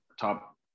top